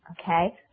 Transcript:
okay